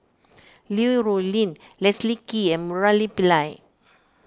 Li Rulin Leslie Kee and Murali Pillai